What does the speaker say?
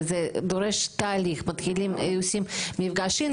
וזה דורש תהליך עושים מפגש intake,